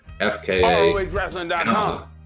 fka